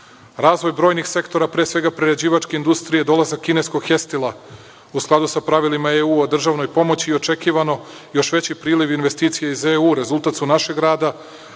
Razvoj brojnih sektora, pre svega prerađivačke industrije, dolazak kineskog „Hestila“ u skladu sa pravilima EU o državnoj pomoći i očekivano još veći priliv investicija iz EU, rezultat su našeg rada,